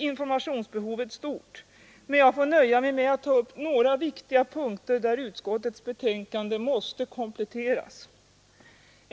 Informationsbehovet är alltså stort. Men jag får nöja mig med att ta upp några viktiga punkter där utskottets betänkande måste kompletteras.